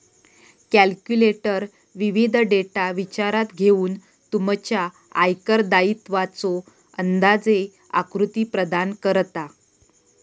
calculator विविध data विचारात घेऊन तुमच्या आयकर दायित्वाचो अंदाजे आकृती प्रदान करता